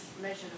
measure